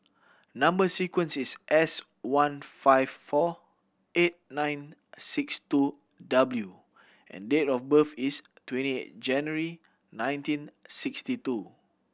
number sequence is S one five four eight nine six two W and date of birth is twenty eight January nineteen sixty two